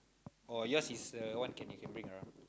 or yours is the one that you can bring around